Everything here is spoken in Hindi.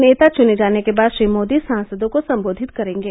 नेता चुने जाने के बाद श्री मोदी सांसदों को संबोधित करेंगे